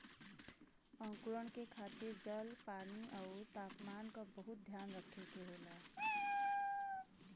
अंकुरण के खातिर जल, पानी आउर तापमान क बहुत ध्यान रखे के होला